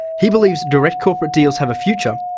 he believes direct corporate deals have a future,